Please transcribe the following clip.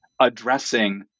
addressing